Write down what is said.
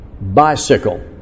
bicycle